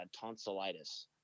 tonsillitis